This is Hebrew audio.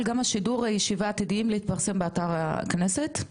גם השידור הישיבה עתידיים להתפרסם באתר הכנסת,